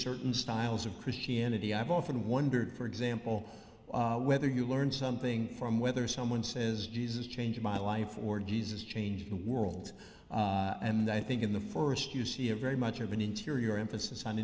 certain styles of christianity i've often wondered for example whether you learned something from whether someone says jesus changed my life or jesus changed the world and i think in the forest you see a very much of an interior emphasis on